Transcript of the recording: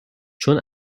چون